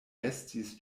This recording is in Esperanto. estis